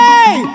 Hey